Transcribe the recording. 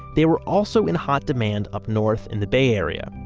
they were also in hot demand up north in the bay area.